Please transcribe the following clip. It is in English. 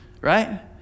Right